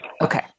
Okay